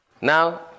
Now